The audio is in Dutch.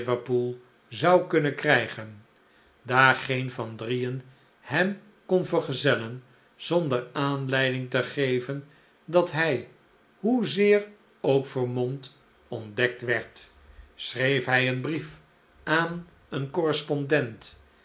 zou kunnen krijgen daar geen van drieen hem kon vergezellen zonder aanleiding te geven dat hij hoezeer ook vermomd ontdekt werd schreef hij een brief aan een correspondent